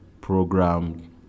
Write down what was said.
programmed